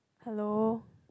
hello